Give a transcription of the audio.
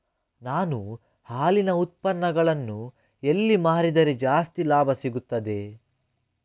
ನಾನು ಹಾಲಿನ ಉತ್ಪನ್ನಗಳನ್ನು ಎಲ್ಲಿ ಮಾರಿದರೆ ಜಾಸ್ತಿ ಲಾಭ ಸಿಗುತ್ತದೆ?